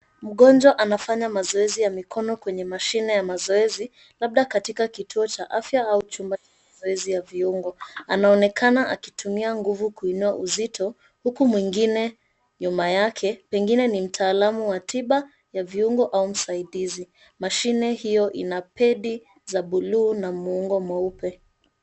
Mgonjwa anafanya mazoezi ya mikono kwenye mashine ya mazoezi labda katika kituo cha afyaa au chumba cha mazoezi ya viungo. Anaonekana akitumia nguvu kuinua uzito huku mwingine nyuma yake pengine ni mtaalamu wa tiba za viungo au msaidizi. Mashine hio ina Pedi za buluu na muungo mweupe.